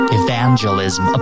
evangelism